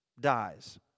dies